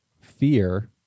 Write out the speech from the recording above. fear